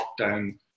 lockdown